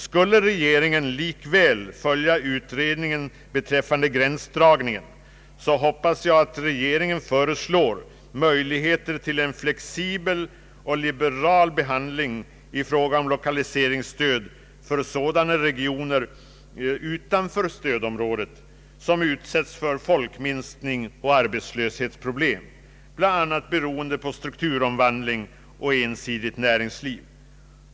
Skulle regeringen likväl följa utredningen beträffande gränsdragningen, hoppas jag att regeringen föreslår möjligheter till en flexibel och liberal behandling i fråga om lokaliseringsstöd för sådana regioner utanför stödområdet, som utsätts för folkminskning och = arbetslöshetsproblem, bl.a. beroende på strukturomvandling och ensidigt näringsliv.